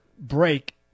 break